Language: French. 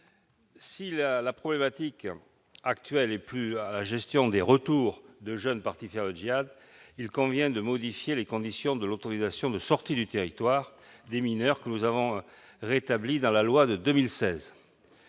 Si la problématique actuelle est plus à la gestion des retours de jeunes partis faire le djihad, il convient de modifier les conditions de l'autorisation de sortie du territoire des mineurs, que nous avons rétablie dans la loi de 2016.